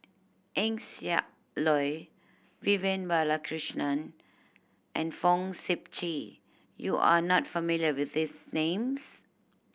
Eng Siak Loy Vivian Balakrishnan and Fong Sip Chee you are not familiar with these names